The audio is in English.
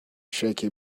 shaky